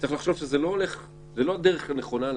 צריך לחשוב שזו לא הדרך הנכונה ללכת.